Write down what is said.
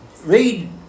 Read